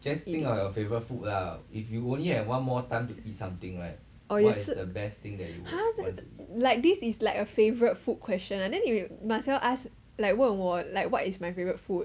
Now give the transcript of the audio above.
just eat orh 也是 !huh! like this is like a favourite food question ah then you might as well ask like 问我 like what is my favourite food